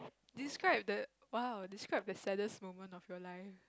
describe the !wow! describe the saddest moment of your life